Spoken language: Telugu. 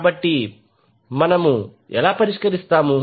కాబట్టి మనము ఎలా పరిష్కరిస్తాము